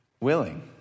willing